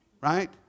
Right